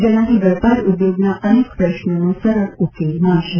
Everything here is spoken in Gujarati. જેનાથી વેપાર ઉદ્યોગના અનેક પ્રશ્નોનો સરળ ઉકેલ મળશે